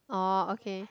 oh okay